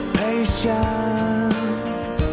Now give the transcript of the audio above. patience